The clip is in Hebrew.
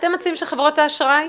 אתם מציעים שחברות האשראי?